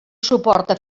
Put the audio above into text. suporta